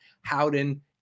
howden